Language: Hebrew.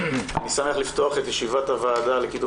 אני שמח לפתוח את ישיבת הוועדה לקידום